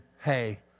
hey